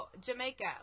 Jamaica